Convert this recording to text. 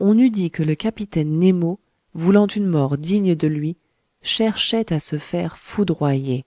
on eût dit que le capitaine nemo voulant une mort digne de lui cherchait à se faire foudroyer